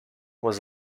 was